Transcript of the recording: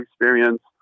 experience